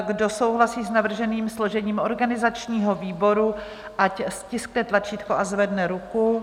Kdo souhlasí s navrženým složením organizačního výboru, ať stiskne tlačítko a zvedne ruku.